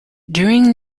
during